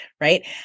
Right